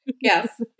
Yes